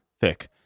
thick